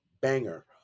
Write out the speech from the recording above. banger